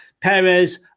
Perez